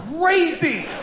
crazy